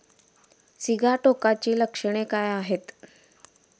सिगाटोकाची लक्षणे काय आहेत?